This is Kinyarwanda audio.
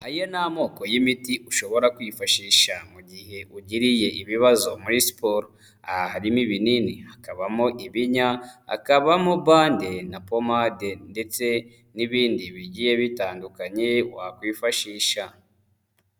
Ayni ni amoko y'imiti ushobora kwifashisha mu gihe ugiriye ibibazo muri siporo: aha harimo ibinini, hakabamo ibinya, hakabamo bande na pomade ndetse n'ibindi bigiye bitandukanye wakwifashisha.